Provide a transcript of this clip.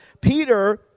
Peter